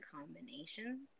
combinations